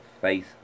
face